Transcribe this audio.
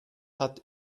hat